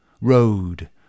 Road